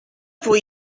pour